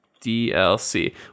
DLC